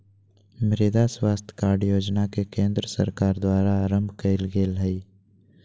मृदा स्वास्थ कार्ड योजना के केंद्र सरकार द्वारा आरंभ कइल गेल हइ